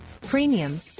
premium